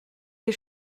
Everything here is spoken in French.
les